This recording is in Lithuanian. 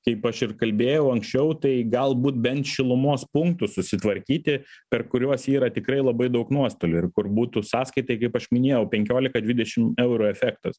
kaip aš ir kalbėjau anksčiau tai galbūt bent šilumos punktų susitvarkyti per kuriuos yra tikrai labai daug nuostolių ir kur būtų sąskaitai kaip aš minėjau penkiolika dvidešim eurų efektas